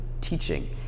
teaching